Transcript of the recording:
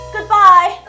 Goodbye